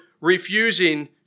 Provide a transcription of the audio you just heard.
refusing